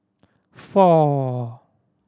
four